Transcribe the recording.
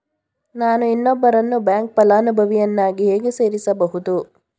ನಾನು ಇನ್ನೊಬ್ಬರನ್ನು ಬ್ಯಾಂಕ್ ಫಲಾನುಭವಿಯನ್ನಾಗಿ ಹೇಗೆ ಸೇರಿಸಬಹುದು?